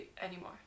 anymore